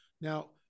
Now